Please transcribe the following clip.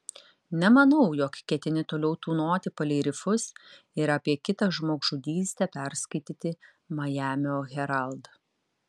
nemanau jog ketini toliau tūnoti palei rifus ir apie kitą žmogžudystę perskaityti majamio herald